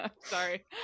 Sorry